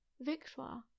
Victoire